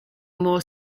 more